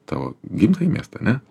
tavo gimtąjį miestą ne